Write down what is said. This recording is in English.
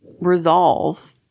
resolve